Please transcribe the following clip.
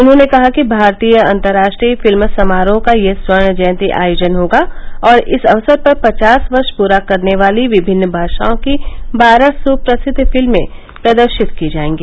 उन्होंने कहा कि भारतीय अंतर्राष्ट्रीय फिल्म समारोह का यह स्वर्ण जयंती आयोजन होगा और इस अक्सर पर पचास वर्ष पूरा करने वाली विमिन्न भाषाओं की बारह सुप्रसिद्ध फिल्में प्रदर्शित की जायेंगी